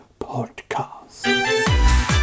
Podcast